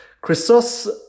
Christos